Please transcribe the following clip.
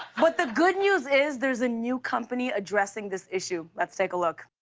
but the good news is there's a new company addressing this issue. let's take a look.